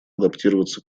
адаптироваться